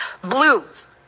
Blues